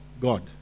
God